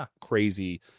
crazy